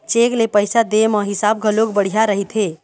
cheque ले पइसा दे म हिसाब घलोक बड़िहा रहिथे